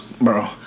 bro